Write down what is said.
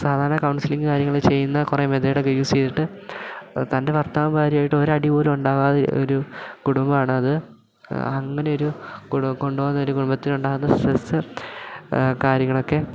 സാധാരണ കൗൺസിലിങ് കാര്യങ്ങൾ ചെയ്യുന്ന കുറേ മെതേഡ് ഒക്കെ യൂസ് ചെയ്തിട്ട് തൻ്റെ ഭർത്താവ് ഭാര്യയുമായിട്ട് ഒരടിപോലും ഉണ്ടാവാത്ത ഒരു കുടുംബമാണ് അത് അങ്ങനെ ഒരു കൊണ്ടുപോകുന്ന ഒരു കുടുംബത്തിനുണ്ടാകുന്ന സ്ട്രെസ്സ് കാര്യങ്ങളൊക്കെ